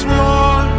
more